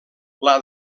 pla